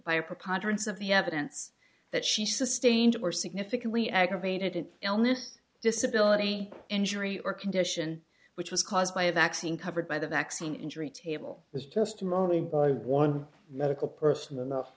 by a preponderance of the evidence that she sustained or significantly aggravated an illness disability injury or condition which was caused by a vaccine covered by the vaccine injury table was testimony in by one medical person